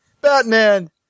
Batman